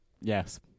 Yes